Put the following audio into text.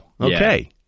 Okay